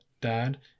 dad